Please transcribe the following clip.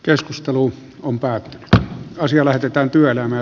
keskustelu on päätetty mutta asia lähetetään työelämä